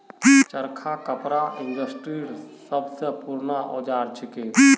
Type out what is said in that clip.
चरखा कपड़ा इंडस्ट्रीर सब स पूराना औजार छिके